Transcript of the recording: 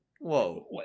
whoa